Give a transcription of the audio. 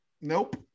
Nope